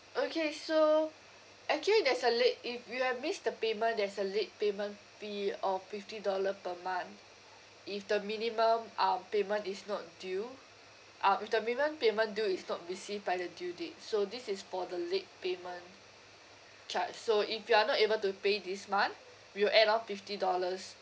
okay so actually there's a late if you have missed the payment there's a late payment fee of fifty dollar per month if the minimum um payment is not due um if the minimum payment due is not received by the due date so this is for the late payment charge so if you are not able to pay this month we will add on fifty dollars